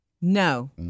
No